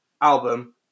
album